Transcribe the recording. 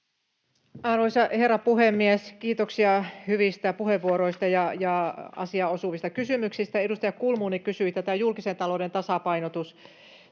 Arvoisa herra puhemies! Kiitoksia hyvistä puheenvuoroista ja asiaan osuvista kysymyksistä. Edustaja Kulmuni kysyi tästä julkisen talouden tasapainottumisesta.